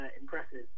impressive